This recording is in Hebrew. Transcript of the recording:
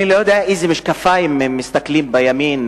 אני לא יודע באיזה משקפיים מסתכלים בימין,